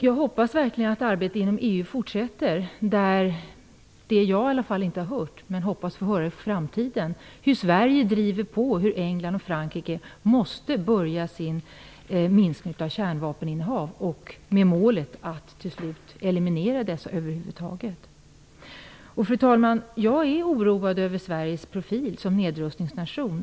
Jag hoppas verkligen att arbetet inom EU fortsätter. Jag har ännu inte hört, men jag hoppas att få höra i framtiden, att Sverige driver på för att England och Frankrike måste påbörja en minskning av sitt kärnvapeninnehav med målet att till sist eliminera detta över huvud taget. Fru talman! Jag är oroad över Sveriges profil som nedrustningsnation.